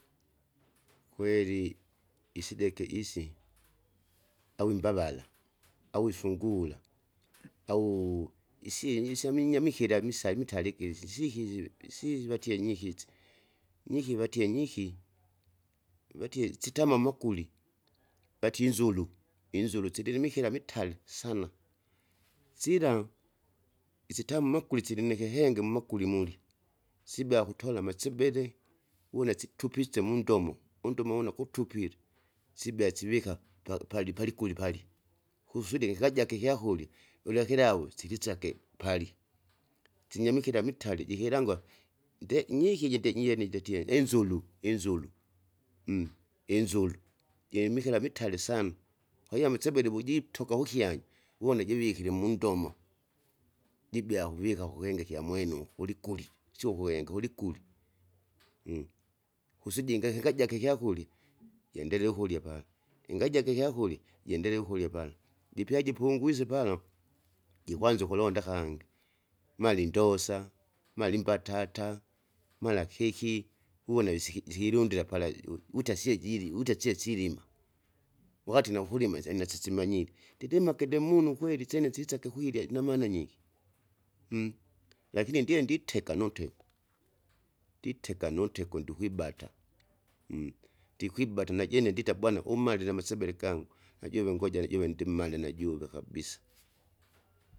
kweli isideke isi, au imbavara, au isungura, au isini isyaminyama ikila misa mitalikisi isikivi isi vatie nyikisi, nyiki vatie nyiki, vatie sitama mokuli, vatie inzuru, inzuru sililimikila mitali sanna, sila, isitama makuli silinikihenge mumakuli mulya, sibea kutola amasebele, wuna situpise mundomo, undomo wuna kutupile, sibea sivika pa- pali- palikulia pali, kusudi kikajaki ikyakurya, ulya kilau sikisake pali, sinyamikila mitali jikilangwa, nde nyiki jendie nyie inzuru inzuru, inzuru, jilinimikila mitali sana. Kwahiyo amasebele wujitoka wukyanya, uwona jivikile mundomo, jibea kuvika kukenge ikyamwene ukulukuli sio ukwenge kulikuli, kusujinge kikajake ikyakurya, jindelee ukurya pala, ingajake ikyakura pala. Jipya jipungwise pala, jikwanza ukulonda kangi mala indosa mala imbatata mala keki, uwona isiki isikilundila pala iwi wita sie jili wita sie silima, wakati naukulima syana sisimanyire, ndidimake demunu kweli isyene sisake kuirya inamana nyingi, lakini ndye nditeka nuntego, nditeka nuntego ndukwibata, ndikwibata najene ndita bwana ummalike amasebele gangu, najuve ngoja najuve ndimmale najuve kabisa.